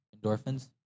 Endorphins